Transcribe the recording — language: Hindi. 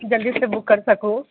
कि जल्दी से बुक कर सकूँ